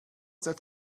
that